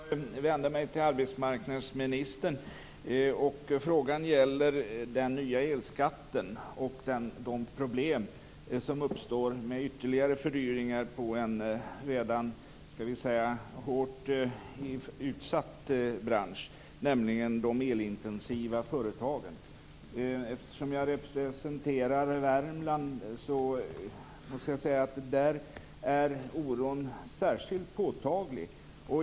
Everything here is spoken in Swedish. Fru talman! Jag vänder mig till arbetsmarknadsministern. Frågan gäller den nya elskatten och de problem som uppstår med ytterligare fördyringar för en redan hårt utsatt bransch, nämligen de elintensiva företagen. Jag representerar ju Värmland, och jag måste säga att oron där är särskilt påtaglig.